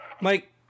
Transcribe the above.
Mike